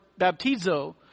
baptizo